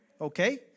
Okay